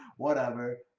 whatever.